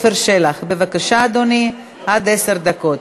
לא אושרה.